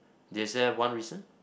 is there one recent